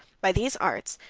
by these arts,